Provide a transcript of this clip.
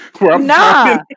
Nah